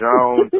Jones